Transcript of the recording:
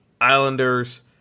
Islanders